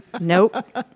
nope